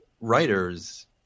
writers